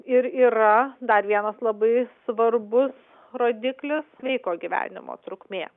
ir yra dar vienas labai svarbus rodiklis sveiko gyvenimo trukmė